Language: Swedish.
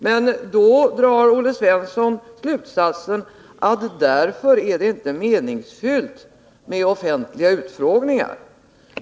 Men då drar Olle Svensson slutsatsen att det därför inte är meningsfullt med offentliga utfrågningar.